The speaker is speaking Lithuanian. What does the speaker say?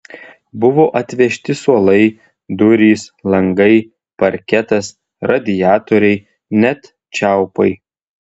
buvo atvežti suolai durys langai parketas radiatoriai net čiaupai